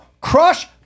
Crush